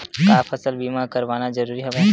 का फसल बीमा करवाना ज़रूरी हवय?